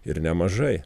ir nemažai